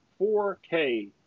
4K